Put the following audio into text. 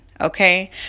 Okay